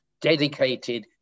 dedicated